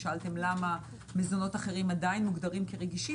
שאלתם למה מזונות אחרים עדיין מוגדרים כרגישים,